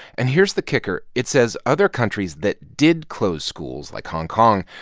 and here's the kicker it says other countries that did close schools, like hong kong,